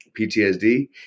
PTSD